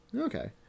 Okay